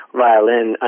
violin